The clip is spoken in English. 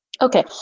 Okay